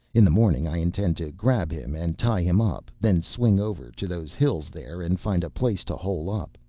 in the morning i intend to grab him and tie him up, then swing over to those hills there and find a place to hole up.